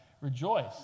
rejoice